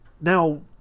now